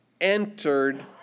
entered